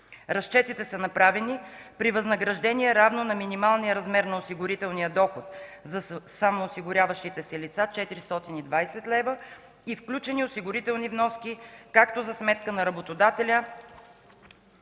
Разчетите са направени при възнаграждение, равно на минималния размер на осигурителния доход за самоосигуряващите се лица 420 лв. и включени осигурителни вноски както за сметка на работодателя,